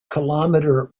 kilometer